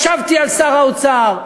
ישבתי על שר האוצר,